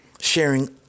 Sharing